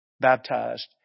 baptized